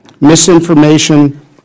misinformation